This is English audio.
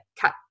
cut